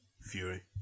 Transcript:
Fury